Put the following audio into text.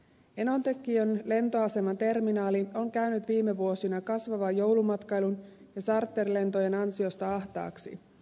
enontekiön lentoaseman terminaali on käynyt viime vuosina kasvavan joulumatkailun ja charterlentojen ansiosta ahtaaksi